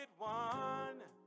one